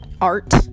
art